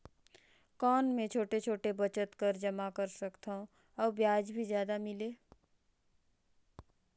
कौन मै छोटे छोटे बचत कर जमा कर सकथव अउ ब्याज भी जादा मिले?